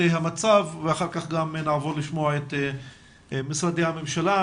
המצב ואחר כך גם נעבור לשמוע את משרדי הממשלה,